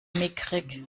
mickrig